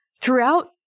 Throughout